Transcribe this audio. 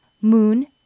moon